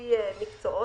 זיהוי המקצועות,